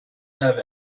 have